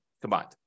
combined